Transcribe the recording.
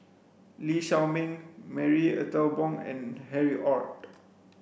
Lee Shao Meng Marie Ethel Bong and Harry Ord